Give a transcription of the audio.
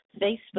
Facebook